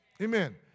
Amen